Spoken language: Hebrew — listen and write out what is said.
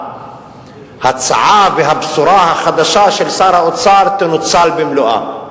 ההצעה והבשורה החדשה של שר האוצר תנוצל במלואה.